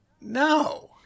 no